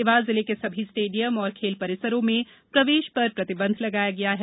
देवास जिले के सभी स्टेडियम और खेल परिसरों में प्रवेश पर प्रतिबंध लगाया गया है